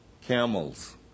camels